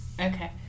okay